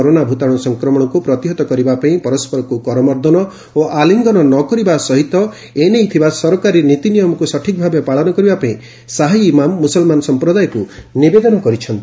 corona ଭୂତାଣୁ ସଂକ୍ରମଣକୁ ପ୍ରତିହତ କରିବାପାଇଁ ପରସରକୁ କରମର୍ଦ୍ଦନ ଓ ଆଲିଙ୍ଗନ ନ କରିବା ସହିତ ଏନେଇ ଥିବା ସରକାରୀ ନୀତି ନିୟମକୁ ସଠିକ୍ ଭାବେ ପାଳନ କରିବାପାଇଁ ସାହି ଇମାମ୍ ମୁସଲ୍ମାନ ସମ୍ପ୍ରଦାୟକୁ ନିବେଦନ କରିଛନ୍ତି